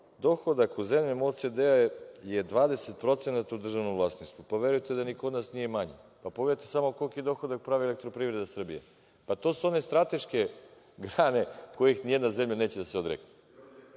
dohodak u zemljama OECD-a je 20% u državnom vlasništvu. Verujte da ni kod nas nije manje. Pogledajte samo koliki dohodak pravi Elektroprivreda Srbije. To su one strateške grane kojih ni jedna zemlja neće da se odrekne.